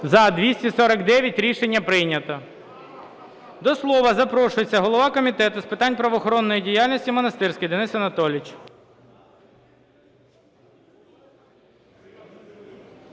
За-249 Рішення прийнято. До слова запрошується голова Комітету з питань правоохоронної діяльності Монастирський Денис Анатолійович.